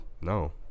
No